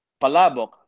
Palabok